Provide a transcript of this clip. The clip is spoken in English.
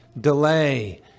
delay